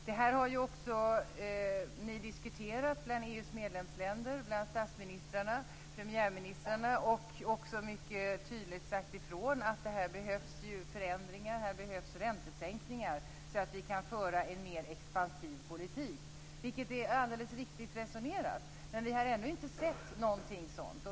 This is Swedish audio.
Det här har ni ju också diskuterat bland EU:s medlemsländer, bland statsministrarna och premiärministrarna, och ni har mycket tydligt sagt ifrån att här behövs förändringar, här behövs räntesänkningar, så att vi kan föra en mer expansiv politik. Det är alldeles riktigt resonerat. Men vi har ännu inte sett någonting sådant.